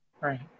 right